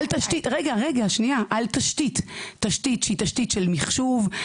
תשתית, תשתית שהיא תשתית של מחשוב,